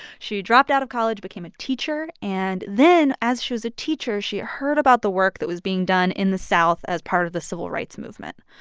she dropped out of college, became a teacher. and then, as she was a teacher, she heard about the work that was being done in the south as part of the civil rights movement.